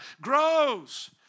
grows